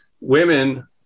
women